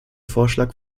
vorschlag